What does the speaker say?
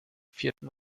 vierten